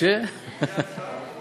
עד שתהיה הצבעה?